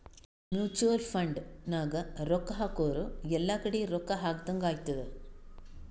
mutual fund ನಾಗ್ ರೊಕ್ಕಾ ಹಾಕುರ್ ಎಲ್ಲಾ ಕಡಿ ರೊಕ್ಕಾ ಹಾಕದಂಗ್ ಆತ್ತುದ್